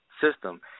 system